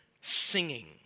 Singing